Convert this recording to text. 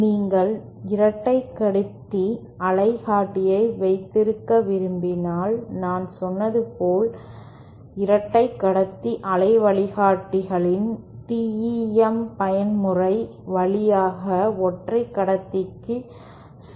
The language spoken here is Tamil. நீங்கள் 2 கடத்தி அலை வழிகாட்டியை வைத்திருக்க விரும்பினால் நான் சொன்னது போல் 2 கடத்தி அலை வழிகாட்டிகள் TEM பயன்முறை வழியாக ஒற்றை கடத்திக்கு செல்கின்றன